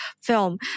film